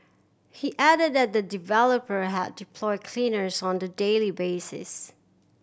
he added that the developer had deployed cleaners on a daily basis